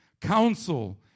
Counsel